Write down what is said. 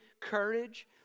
courage